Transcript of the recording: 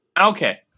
Okay